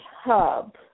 hub